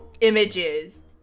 images